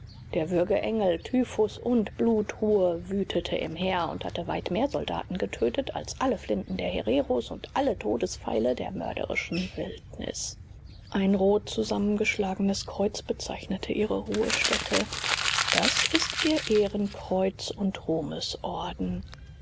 der würgengel typhus und blutruhr wütete im heer und hat weit mehr soldaten getötet als alle flinten der hereros und alle todespfeile der mörderischen wildnis ein roh zusammengeschlagenes kreuz bezeichnet ihre ruhestätte das ist ihr ehrenkreuz und